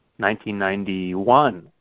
1991